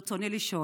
ברצוני לשאול: